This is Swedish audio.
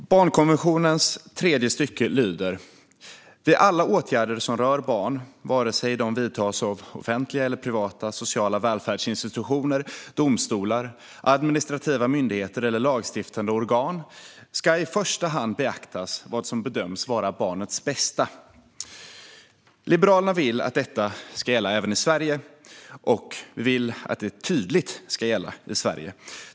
Fru talman! Barnkonventionens tredje artikel lyder: "Vid alla åtgärder som rör barn, vare sig de vidtas av offentliga eller privata sociala välfärdsinstitutioner, domstolar, administrativa myndigheter eller lagstiftande organ ska i första hand beaktas vad som bedöms vara barnets bästa." Liberalerna vill att detta tydligt ska gälla även i Sverige.